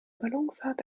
ballonfahrt